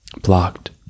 blocked